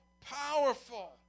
powerful